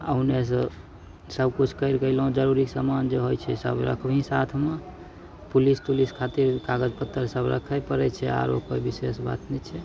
आओर हुन्नेसँ सबकिछु करिकऽ अएलहुँ जरूरी सामान जे होइ छै सब रखबिही साथमे पुलिस तुलिस खातिर कागज पत्तर सब राखै पड़ै छै आओर कोइ विशेष बात नहि छै